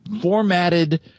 formatted